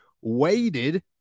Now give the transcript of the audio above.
waited